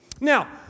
Now